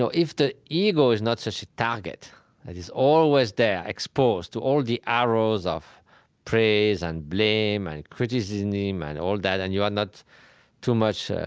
so if the ego is not such a target that is always there, exposed to all the arrows of praise and blame and criticism um and all that, and you are not too much